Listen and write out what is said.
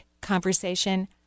conversation